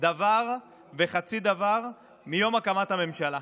דבר וחצי דבר מיום הקמת הממשלה.